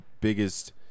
biggest –